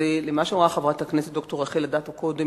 מה שאמרה חברת הכנסת ד"ר רחל אדטו קודם,